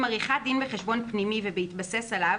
עם עריכת דין וחשבון פנימי ובהתבסס עליו,